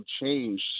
change